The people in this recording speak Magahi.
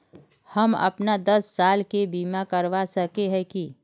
हम अपन दस साल के बीमा करा सके है की?